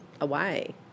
away